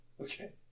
Okay